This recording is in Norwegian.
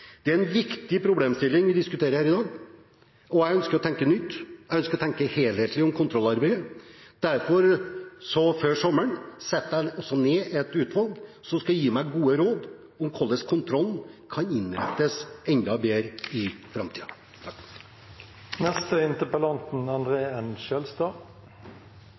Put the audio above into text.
Det er en viktig problemstilling vi diskuterer her i dag, og jeg ønsker å tenke nytt og helhetlig om kontrollarbeidet. Derfor setter jeg før sommeren ned et utvalg som skal gi meg gode råd om hvordan kontrollen kan innrettes enda bedre i